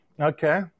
Okay